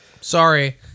Sorry